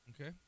Okay